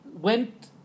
went